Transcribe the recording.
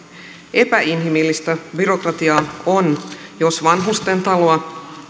epäinhimillistä byrokratiaa on jos vanhustentalo